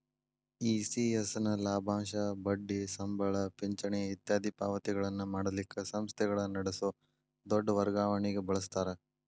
ECS ನ ಲಾಭಾಂಶ, ಬಡ್ಡಿ, ಸಂಬಳ, ಪಿಂಚಣಿ ಇತ್ಯಾದಿ ಪಾವತಿಗಳನ್ನ ಮಾಡಲಿಕ್ಕ ಸಂಸ್ಥೆಗಳ ನಡಸೊ ದೊಡ್ ವರ್ಗಾವಣಿಗೆ ಬಳಸ್ತಾರ